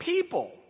People